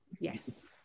Yes